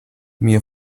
mia